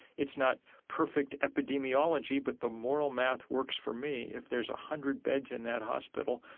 it's not perfect epidemiology, but the moral math works for me. if there's a hundred beds in that hospital,